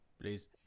please